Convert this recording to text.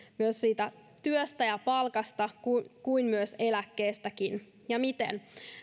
myös siitä työstä ja palkasta kuin myös eläkkeestäkin ja miten